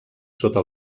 sota